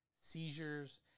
seizures